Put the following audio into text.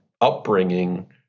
upbringing